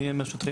מי הם השוטרים?